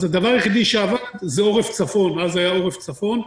אז הדבר היחידי שעבד זה עורף צפון אז זה היה עורף צפון,